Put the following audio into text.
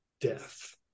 death